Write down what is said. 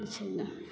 छै ने